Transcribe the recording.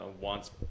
wants